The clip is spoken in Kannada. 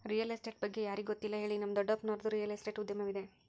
ರಿಯಲ್ ಎಸ್ಟೇಟ್ ಬಗ್ಗೆ ಯಾರಿಗೆ ಗೊತ್ತಿಲ್ಲ ಹೇಳಿ, ನಮ್ಮ ದೊಡ್ಡಪ್ಪನವರದ್ದು ರಿಯಲ್ ಎಸ್ಟೇಟ್ ಉದ್ಯಮವಿದೆ